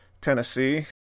Tennessee